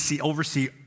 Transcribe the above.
oversee